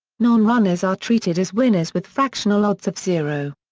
non-runners are treated as winners with fractional odds of zero.